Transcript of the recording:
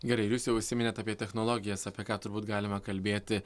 gerai jūs jau užsiminėt apie technologijas apie ką turbūt galima kalbėti